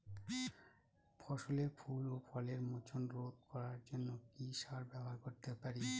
ফসলের ফুল ও ফলের মোচন রোধ করার জন্য কি সার ব্যবহার করতে পারি?